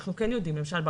למשל,